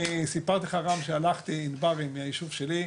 רם, סיפרתי לך שהלכתי פעם עם הישוב שלי,